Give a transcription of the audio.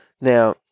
Now